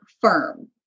firm